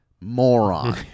moron